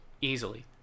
Easily